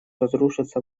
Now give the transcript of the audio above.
разрушиться